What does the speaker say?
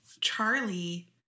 Charlie